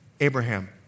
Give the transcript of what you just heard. Abraham